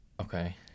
okay